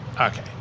Okay